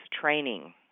training